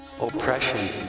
Oppression